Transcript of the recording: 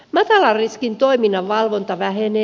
matalan riskin toiminnan valvonta vähenee